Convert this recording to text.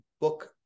book